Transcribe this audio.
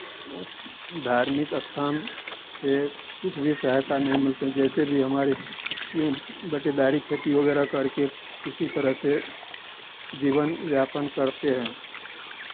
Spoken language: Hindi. धार्मिक स्थान से कुछ भी सहायता नहीं मिलते हैं जैसे भी हमारे बटेदारी खेती वगैरह करके किसी तरह से जीवन यापन करते हैं